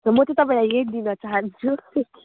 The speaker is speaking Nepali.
म चाहिँ तपाईँलाई यही दिन चाहन्छु